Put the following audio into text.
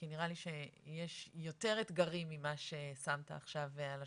כי נראה לי שיש יותר אתגרים ממה ששמת עכשיו על השולחן,